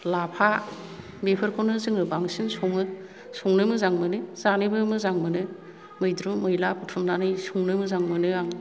लाफा बेफोरखौनो जोङो बांसिन सङो संनो मोजां मोनो जानोबो मोजां मोनो मैद्रु मैला बुथुमनानै संनो मोजां मोनो आं